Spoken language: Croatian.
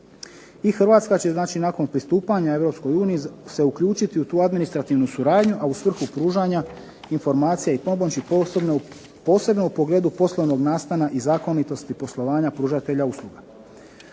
I Hrvatska će znači nakon pristupanja Europskoj uniji se uključiti u tu administrativnu suradnju, a u svrhu pružanja informacija i pomoći posebno u pogledu poslovnog nastana i zakonitosti poslovanja pružatelja usluga.